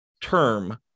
term